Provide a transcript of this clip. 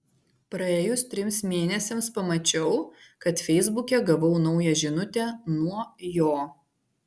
praėjus trims mėnesiams pamačiau kad feisbuke gavau naują žinutę nuo jo